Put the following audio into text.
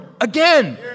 again